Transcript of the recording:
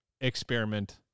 experiment